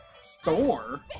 store